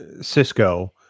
Cisco